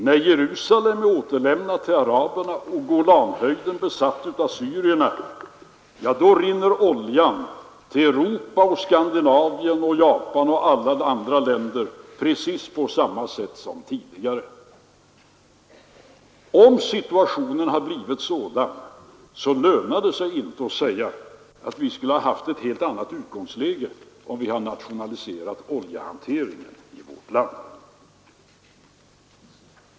När Jerusalem är återlämnat till araberna och Golanhöjden besatt av syrierna, då rinner oljan till Europa, till Skandinavien, till Japan och alla andra länder precis på samma sätt som tidigare, förklarar araberna. Men om situationen har blivit sådan, så lönar det sig inte att säga att vi skulle ha haft ett helt annat utgångsläge om vi hade nationaliserat oljehanteringen i vårt land.